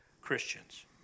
Christians